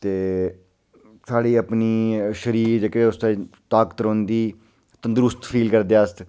कोई कम्म से कम्म अद्धा घैंटा दौड़नां अंऊ दौड़ने कन्नै साढ़ा शरीर ठीक रौंह्दा अंग जेह्ड़े होंदे ओह् दरुस्त रौंह्दे